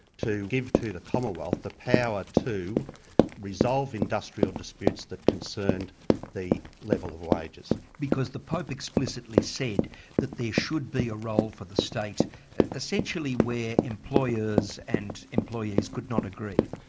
to give to the commonwealth the power to resolve industrial disputes that concerned the level of wages. because the pope explicitly said that there should be a role for the state essentially where employers and employees could not agree?